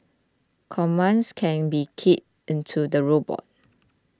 commands can be keyed into the robot